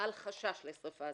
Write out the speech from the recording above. על חשש לשריפה.